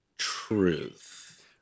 Truth